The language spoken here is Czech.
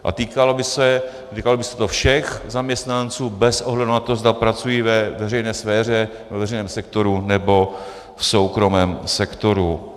A týkalo by se to všech zaměstnanců bez ohledu na to, zda pracují ve veřejné sféře, ve veřejném sektoru, nebo v soukromém sektoru.